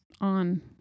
on